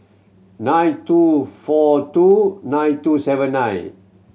nine two four two nine two seven nine